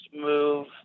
move